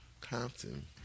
Compton